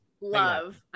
Love